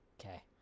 Okay